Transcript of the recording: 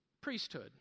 priesthood